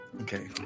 Okay